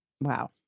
Wow